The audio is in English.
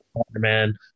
Spider-Man